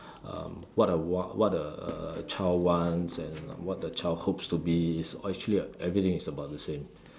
um what a what a what uh a child wants and what the child hopes to be actually everything is about the same